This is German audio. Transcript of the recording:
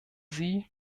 sie